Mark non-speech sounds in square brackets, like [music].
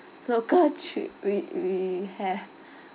local [laughs] trip we we have [laughs]